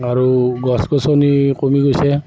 আৰু গছ গছনি কমি গৈছে